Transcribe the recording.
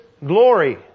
Glory